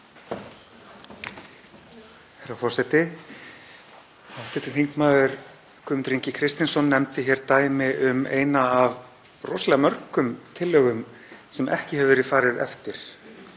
Herra forseti. Hv. þm. Guðmundur Ingi Kristinsson nefndi hér dæmi um eina af rosalega mörgum tillögum sem ekki hefur verið farið eftir,